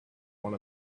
one